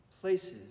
places